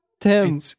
Tim